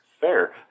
Fair